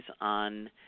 on